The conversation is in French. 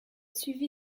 suivi